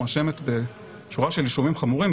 מואשמת בשורה של אישומים חמורים,